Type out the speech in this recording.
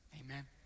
Amen